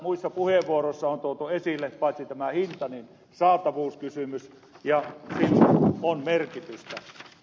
muissa puheenvuoroissa on tuotu esille paitsi tämä hinta myös saatavuuskysymys ja niillä on merkitystä